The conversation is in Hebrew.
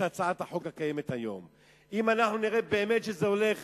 הצעת החוק הקיימת היום אם אנחנו נראה באמת שזה הולך